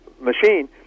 machine